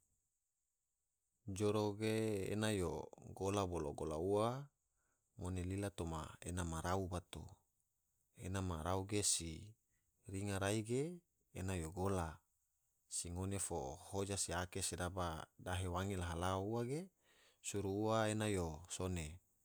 Joro ge ene yo gola bolo gola ua ngone lila toma ena ma rau bato, ena ma rau ge si ringa rai ge, ena yo gola, si ngone fo hoja se ake sedaba dahe wange laha laha ua ge, suru ua ena yo sone.